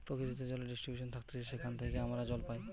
প্রকৃতিতে জলের ডিস্ট্রিবিউশন থাকতিছে যেখান থেইকে আমরা জল পাই